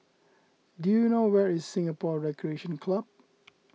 do you know where is Singapore Recreation Club